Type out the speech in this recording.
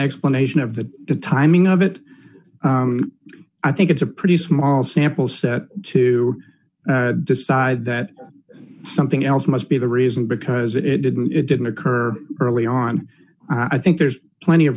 explanation of the timing of it i think it's a pretty small sample set to decide that something else must be the reason because it didn't it didn't occur early on i think there's plenty of